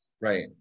Right